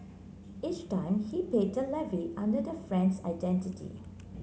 each time he paid the levy under the friend's identity